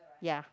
ya